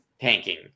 tanking